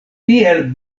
tiel